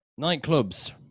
Nightclubs